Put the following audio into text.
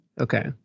Okay